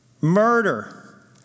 murder